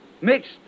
Mixed